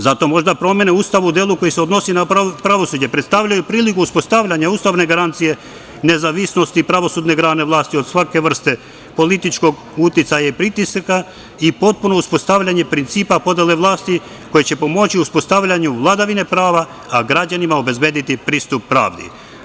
Zato možda promene Ustavu u delu koji se odnosi na pravosuđe predstavljaju priliku uspostavljanja ustavne garancije nezavisnosti pravosudne grane vlasti od svake vrste političkog uticaja i pritisaka i potpuno uspostavljanje principa podele vlasti koja će pomoći uspostavljanju vladavine prava, a građanima obezbediti pristup pravdi.